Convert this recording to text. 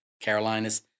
Carolinas